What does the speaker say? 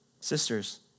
Sisters